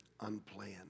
unplanned